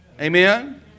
Amen